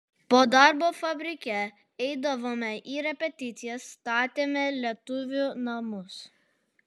po darbo fabrike eidavome į repeticijas statėme lietuvių namus